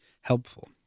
helpful